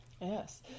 yes